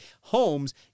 homes